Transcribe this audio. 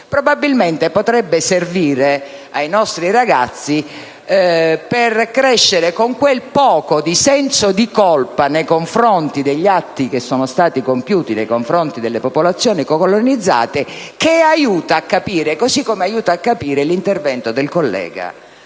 probabilmente potrebbe servire ai nostri ragazzi per crescere con quel poco di senso di colpa nei confronti degli atti che sono stati compiuti nei riguardi delle popolazioni colonizzate che aiuta a capire, così come aiuta a capire l'intervento del collega